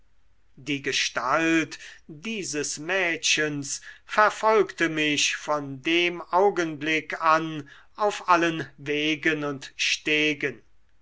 die gestalt dieses mädchens verfolgte mich von dem augenblick an auf allen wegen und stegen